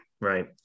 right